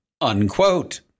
unquote